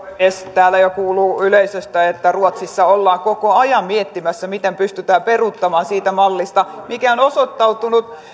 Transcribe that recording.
täällä jo kuuluu yleisöstä että ruotsissa ollaan koko ajan miettimässä miten pystytään peruuttamaan siitä mallista joka on osoittautunut